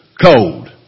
cold